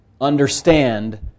understand